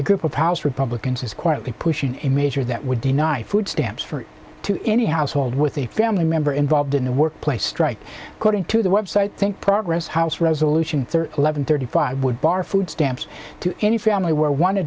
it group of house republicans is quietly pushing a major that would deny food stamps for to any household with a family member involved in the workplace strike according to the website think progress house resolution eleven thirty five would bar food stamps to any family where one